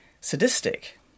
sadistic